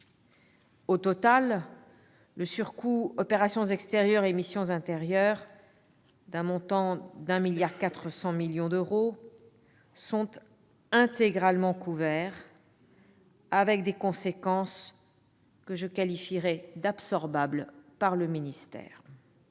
Au total, les surcoûts liés aux opérations extérieures et aux missions intérieures d'un montant de 1,4 milliard d'euros sont intégralement couverts, avec des conséquences que je qualifierais d'absorbables par le ministère.